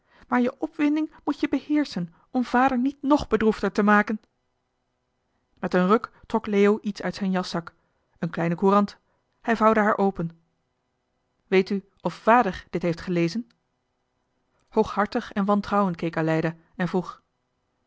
maar je opwinding moet je beheerschen om vader niet nog bedroefder te maken met een ruk trok leo iets uit zijn jaszak een kleine courant hij vouwde haar open weet u of vàder dit heeft gelezen hooghartig en wantrouwend keek aleida en vroeg